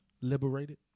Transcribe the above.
Liberated